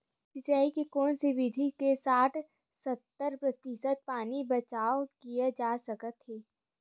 सिंचाई के कोन से विधि से साठ सत्तर प्रतिशत पानी बचाव किया जा सकत हे?